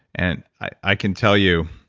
and i can tell you,